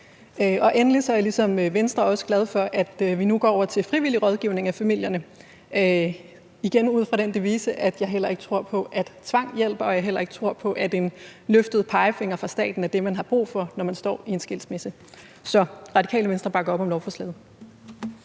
er jeg ligesom Venstre også glad for, at vi nu går over til frivillig rådgivning af familierne – igen ud fra den devise, at jeg ikke tror på, at tvang hjælper, og at jeg heller ikke tror på, at en løftet pegefinger fra staten er det, man har brug for, når man står i en skilsmisse. Så Radikale Venstre bakker op om lovforslaget.